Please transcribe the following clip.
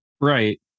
Right